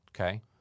Okay